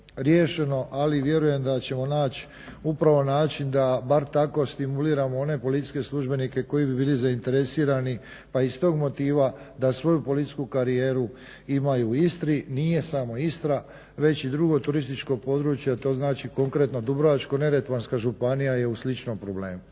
riješeno ali vjerujem da ćemo naći upravo način da bar tako stimuliramo one policijske službenike koji bi bili zainteresirani pa i s tog motiva da svoju policijsku karijeru imaju u Istri. Nije samo Istra već i druga turistička područja a to znači konkretno Dubrovačko-neretvanska županija je u sličnom problemu.